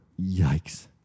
Yikes